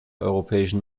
europäischen